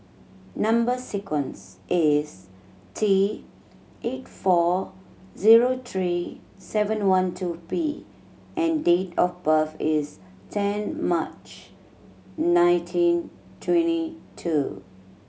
number sequence is T eight four zero three seven one two P and date of birth is ten March nineteen twenty two